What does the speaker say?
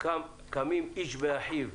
קמים איש באחיו,